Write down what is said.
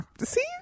See